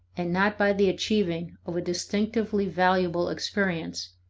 and not by the achieving of a distinctively valuable experience,